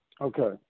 Okay